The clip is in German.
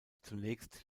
zunächst